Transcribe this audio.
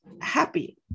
happy